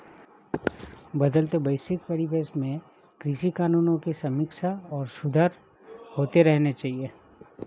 बदलते वैश्विक परिवेश में कृषि कानूनों की समीक्षा और सुधार होते रहने चाहिए